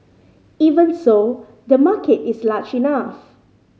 even so the market is large enough